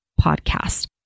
podcast